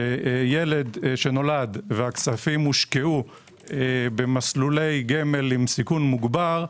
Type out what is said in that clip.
שילד שנולד והכספים הושקעו במסלולי גמל עם סיכון מוגבר,